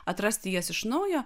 atrasti jas iš naujo